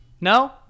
No